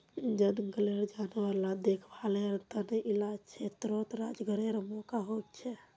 जनगलेर जानवर ला देख्भालेर तने इला क्षेत्रोत रोज्गारेर मौक़ा होछे